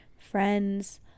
friends